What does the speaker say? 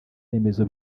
remezo